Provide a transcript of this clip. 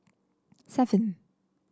seven